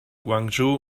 guangzhou